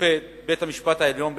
שופט בית-המשפט העליון בארצות-הברית,